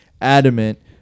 adamant